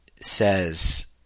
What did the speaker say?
says